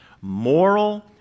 Moral